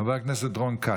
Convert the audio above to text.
חבר הכנסת רון כץ,